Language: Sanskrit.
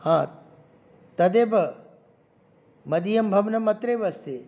हा तदेव मदीयं भवनं अत्रैव अस्ति